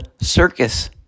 circus